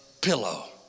pillow